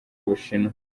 bushinwa